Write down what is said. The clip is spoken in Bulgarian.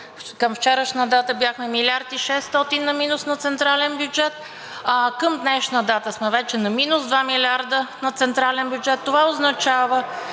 към вчерашна дата бяхме 1 милиард и 600 на минус на централен бюджет, а към днешна дата сме вече на минус 2 милиарда на централен бюджет, това означава,